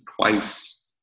twice